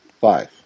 Five